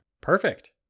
Perfect